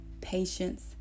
patience